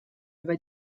über